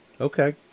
Okay